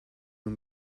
nur